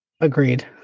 Agreed